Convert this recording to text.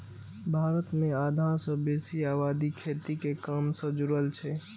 भारत मे आधा सं बेसी आबादी खेती के काम सं जुड़ल छै